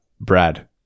Brad